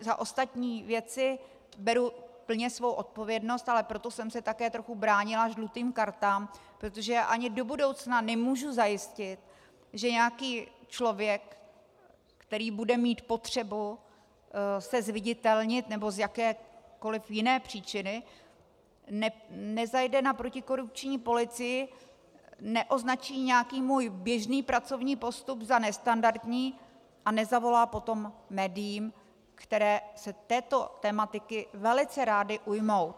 Za ostatní věci beru plně svou odpovědnost, ale proto jsem se také trochu bránila žlutým kartám, protože ani do budoucna nemůžu zajistit, že nějaký člověk, který bude mít potřebu se zviditelnit nebo z jakékoli jiné příčiny nezajde na protikorupční policii, neoznačí nějaký můj běžný pracovní postup za nestandardní a nezavolá potom médiím, která se této tematiky velice ráda ujmou.